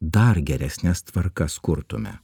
dar geresnes tvarkas kurtume